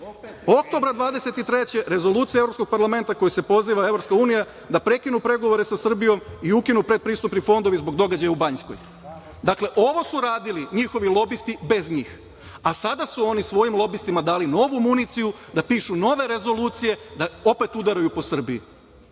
godine Rezolucija Evropskog parlamenta kojom se poziva EU da prekine pregovore sa Srbijom i ukinu predpristupni fondovi zbog događaja u Banjskoj. Dakle, ovo su radili njihovi lobisti bez njih, a sada su oni svojim lobistima dali novu municiju da pišu nove rezolucije, da opet udaraju po Srbiji